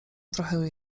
trochę